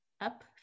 up